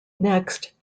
next